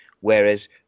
whereas